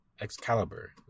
Excalibur